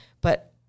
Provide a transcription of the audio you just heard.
but-